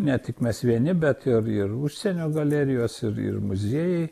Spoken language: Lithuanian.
ne tik mes vieni bet ir ir užsienio galerijos ir ir muziejai